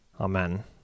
Amen